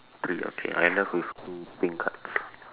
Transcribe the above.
three okay I left with two pink cards